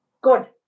good